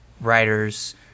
writers